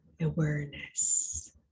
awareness